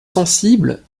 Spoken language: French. sensibles